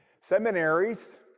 Seminaries